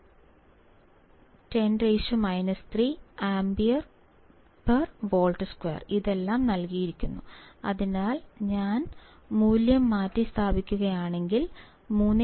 4 10 3 A V2 ഇതെല്ലാം നൽകിയിരിക്കുന്നു അതിനാൽ ഞാൻ മൂല്യം മാറ്റിസ്ഥാപിക്കുകയാണെങ്കിൽ 3